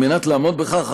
על מנת לעמוד בכך,